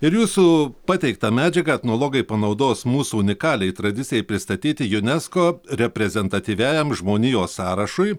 ir jūsų pateiktą medžiagą etnologai panaudos mūsų unikaliai tradicijai pristatyti junesko reprezentatyviajam žmonijos sąrašui